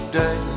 day